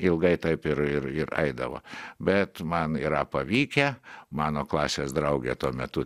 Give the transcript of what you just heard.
ilgai taip ir ir ir eidavo bet man yra pavykę mano klasės draugė tuo metu